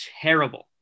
terrible